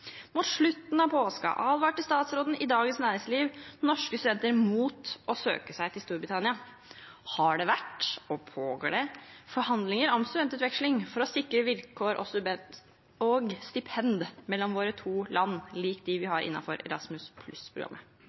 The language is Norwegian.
slutten av påska advarte statsråden i Dagens Næringsliv norske studenter mot å søke seg til Storbritannia. Har det vært og pågår det forhandlinger om studentutveksling for å sikre vilkår og stipend mellom våre to land, tilsvarende de vi har